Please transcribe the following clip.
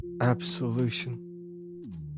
absolution